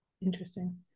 Interesting